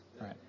right